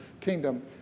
kingdom